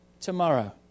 tomorrow